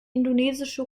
indonesische